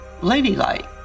ladylike